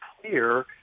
clear